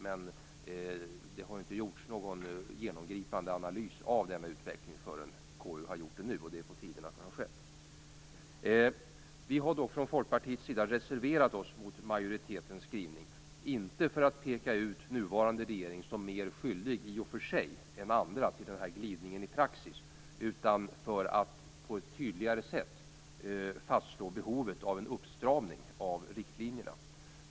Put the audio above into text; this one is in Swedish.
Men det har inte gjorts någon genomgripande analys av utvecklingen innan den som KU nu gjort, och det är på tiden att så har skett. Vi i Folkpartiet har dock reserverat oss mot majoritetens skrivning, inte för att peka ut den nuvarande regeringen som mer skyldig än andra till den här glidningen i praxis utan för att på ett tydligare sätt fastslå behovet av en uppstramning av riktlinjerna.